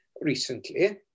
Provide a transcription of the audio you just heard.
recently